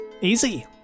easy